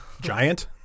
Giant